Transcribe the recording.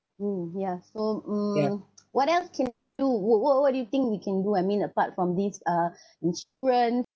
hmm yeah so mm what else can do what what what do you think we can do I mean apart from this uh insurance